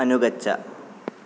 अनुगच्छ